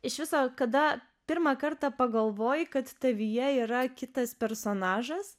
iš viso kada pirmą kartą pagalvojai kad tavyje yra kitas personažas